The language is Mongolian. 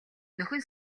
нөхөн